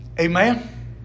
Amen